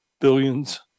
billions